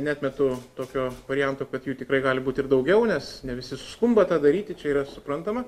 neatmetu tokio varianto kad jų tikrai gali būt ir daugiau nes ne visi suskumba tą daryti čia yra suprantama